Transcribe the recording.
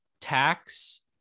tax